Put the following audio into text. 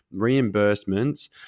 reimbursements